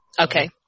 Okay